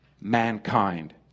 Mankind